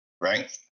right